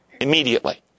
immediately